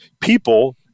people